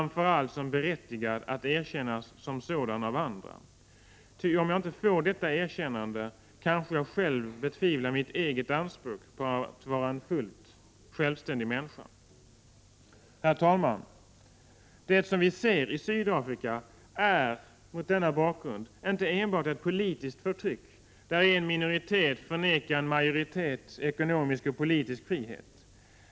1986/87:129 att erkännas som sådan av andra. Ty om jag inte får detta erkännande, 22 maj 1987 kanske jag själv betvivlar mitt eget anspråk på att vara en fullt självständig ER SE ed Sa ME Förbud mot handel människa. j med Sydafrika och Herr talman! Det som vi ser i Sydafrika är, mot denna bakgrund, inte enbart ett politiskt förtryck, där en minoritet förnekar en majoritet ekonomisk och politisk frihet.